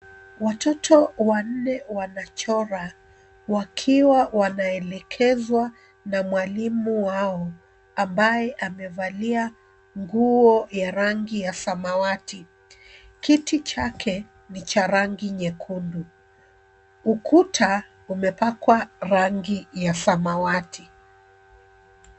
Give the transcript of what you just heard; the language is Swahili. Watoto wanne wanachora wakiwa wanaelekezwa na mwalimu wao ambaye amevalia nguo ya rangi ya samawati. Kiti chake ni cha rangi nyekundu. Ukuta umepakwa rangi ya samawati.